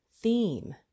theme